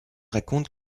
raconte